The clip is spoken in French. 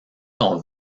sont